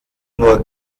nur